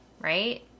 Right